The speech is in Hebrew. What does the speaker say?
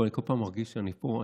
אני כל פעם מרגיש שאני פה,